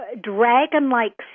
dragon-like